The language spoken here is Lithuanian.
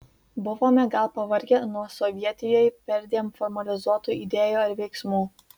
buvome gal pavargę nuo sovietijoj perdėm formalizuotų idėjų ar veiksmų